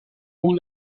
fum